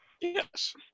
Yes